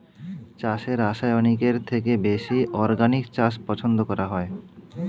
চাষে রাসায়নিকের থেকে বেশি অর্গানিক চাষ পছন্দ করা হয়